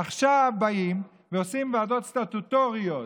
עכשיו באים ועושים ועדות סטטוטוריות